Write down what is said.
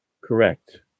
Correct